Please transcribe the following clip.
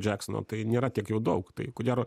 džeksono tai nėra tiek jau daug tai ko gero